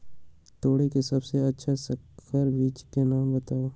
तोरी के सबसे अच्छा संकर बीज के नाम बताऊ?